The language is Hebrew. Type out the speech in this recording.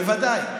בוודאי,